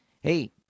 Hey